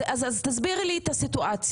אז תסבירי לי את הסיטואציה.